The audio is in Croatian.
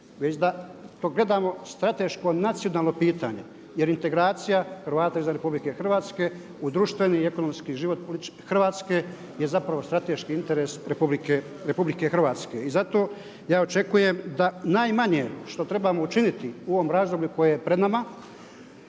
već da to gledamo strateško nacionalno pitanje. Jer integracija Hrvata izvan RH u društveni i ekonomski život Hrvatske je zapravo strateški interes RH. I zato ja očekujem da najmanje što trebamo učiniti u ovom razdoblju koje je pred nama